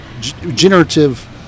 generative